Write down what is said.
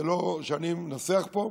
זה לא שאני מנסח פה,